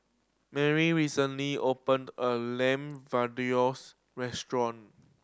Merry recently opened a Lamb restaurant